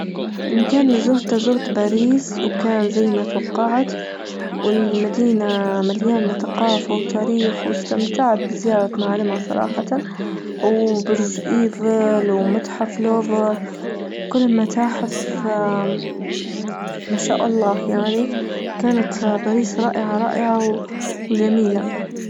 المكان اللي زرته زرت باريس وكان زي ما توقعت والمدينة مليانة ثقافة وتاريخ واستمتعت بزيارة معالمها صراحة وبرج ايفيل ومتحف لوفر كل المتاحف ما شاء الله يعني كانت باريس رائعة-رائعة وجميلة.